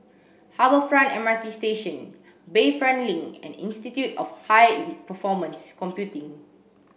Harbour Front M R T Station Bayfront Link and Institute of High Performance Computing